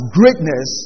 greatness